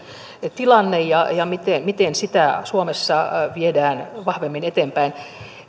tilanne ja ja se miten sitä suomessa viedään vahvemmin eteenpäin